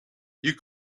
you